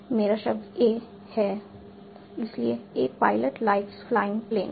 मेरा शब्द ए है इसलिए a pilot likes flying planes